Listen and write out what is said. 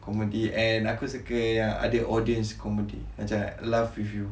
comedy and aku suka yang ada audience comedy macam laugh with you